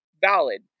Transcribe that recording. valid